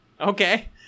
Okay